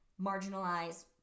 marginalized